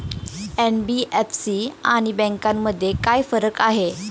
NBFC आणि बँकांमध्ये काय फरक आहे?